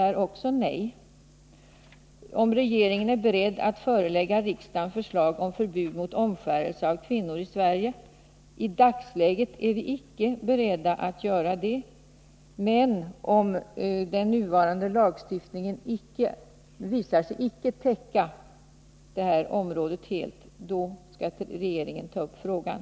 Beträffande nästa fråga, om regeringen är beredd att förelägga riksdagen förslag om förbud mot omskärelse av kvinnor i Sverige, kan jag säga att regeringen i dagsläget icke är beredd att göra detta. Men om den nuvarande lagstiftningen inte visar sig täcka området helt skall regeringen ta upp frågan.